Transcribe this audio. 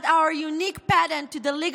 not our unique patent to the legal